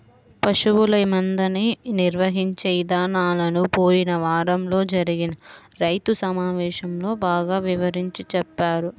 పశువుల మందని నిర్వహించే ఇదానాలను పోయిన వారంలో జరిగిన రైతు సమావేశంలో బాగా వివరించి చెప్పారు